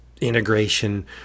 integration